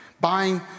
buying